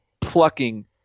plucking